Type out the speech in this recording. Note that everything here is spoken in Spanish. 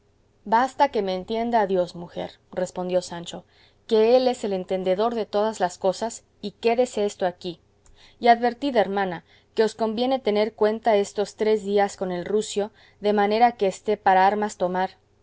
basta que me entienda dios mujer respondió sancho que él es el entendedor de todas las cosas y quédese esto aquí y advertid hermana que os conviene tener cuenta estos tres días con el rucio de manera que esté para armas tomar